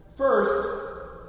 First